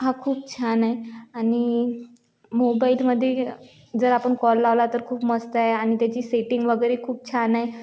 हा खूप छान आहे आणि मोबाइलमध्ये जर आपण कॉल लावला तर खूप मस्त आहे आणि त्याची सेटिंग वगैरे खूप छान आहे